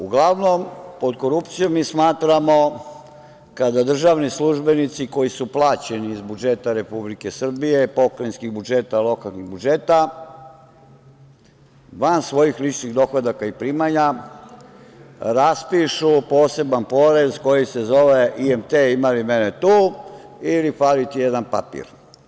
Uglavnom pod korupcijom mi smatramo kada državni službenici koji su plaćeni iz budžeta Republike Srbije, pokrajinskih budžeta, lokalnih budžeta van svojih ličnih dohodaka i primanja raspišu poseban porez koji se zove – IMT – ima li mene tu, ili fali ti jedan papir.